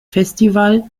festival